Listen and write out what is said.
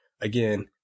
again